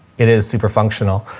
it is super functional.